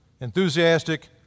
enthusiastic